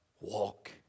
walk